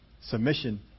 Submission